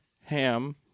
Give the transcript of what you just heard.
ham